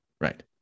Right